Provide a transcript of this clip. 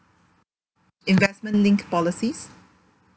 investment linked policies